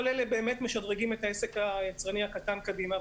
כל אלה משדרגים את העסק היצרני הקטן קדימה,